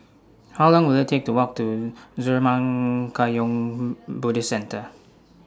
How Long Will IT Take to Walk to Zurmang Kagyud Buddhist Centre